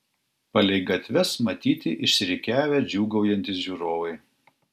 palei gatves matyti išsirikiavę džiūgaujantys žiūrovai